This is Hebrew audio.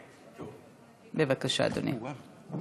בבקשה, אדוני.